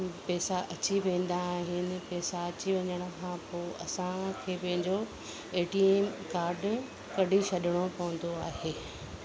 पैसा अची वेंदा आहिनि पैसा अची वञण खां पोइ असां खे पंहिंजो ए टी एम कार्ड कढी छॾिणो पवंदो आहे